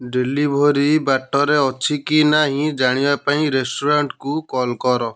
delivery ବାଟରେ ଅଛି କି ନାହିଁ ଜାଣିବା ପାଇଁ ରେଷ୍ଟୁରାଣ୍ଟ୍କୁ କଲ୍ କର